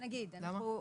למה?